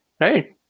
Right